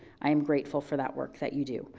i am grateful for that work that you do.